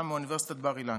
גם מאוניברסיטת בר-אילן.